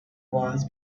was